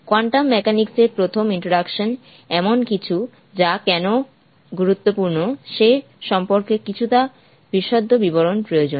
quantum মেকানিক্সের এর প্রথম ইন্ট্রোডাকশনটি এমন কিছু যা কেন গুরুত্বপূর্ণ সে সম্পর্কে কিছুটা বিশদ বিবরণ প্রয়োজন